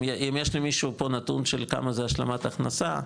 אם יש למישהו פה נתון של כמה זה השלמת הכנסה,